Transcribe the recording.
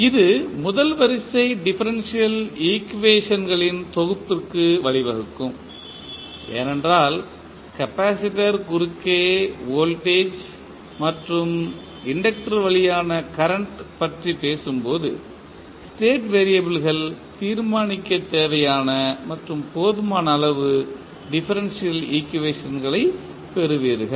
இது முதல் வரிசை டிஃபரன்ஷியல் ஈக்குவேஷன்களின் தொகுப்பிற்கு வழிவகுக்கும் ஏனென்றால் கெபாசிடர் குறுக்கே வோல்டேஜ் மற்றும் இன்டக்டர் வழியாக கரண்ட் பற்றி பேசும்போது ஸ்டேட் வெறியபிள்கள் தீர்மானிக்க தேவையான மற்றும் போதுமான அளவு டிஃபரன்ஷியல் ஈக்குவேஷன்களைப் பெறுவீர்கள்